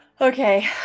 Okay